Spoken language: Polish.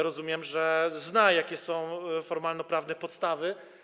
Rozumiem, że wie, jakie są formalnoprawne podstawy.